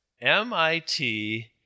M-I-T